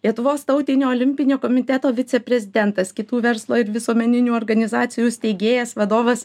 lietuvos tautinio olimpinio komiteto viceprezidentas kitų verslo ir visuomeninių organizacijų steigėjas vadovas